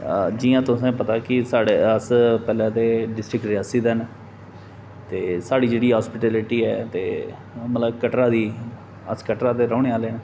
जियां तुसेंगी पता कि साढ़ै अस पैहले ते डिस्टिक रेयासी दे न ते साढ़ी जेह्ड़ी हास्पिटैलटी ऐ ते मतलब कटरा दी अस कटरा दे रौह्ने आह्लें आं